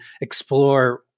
explore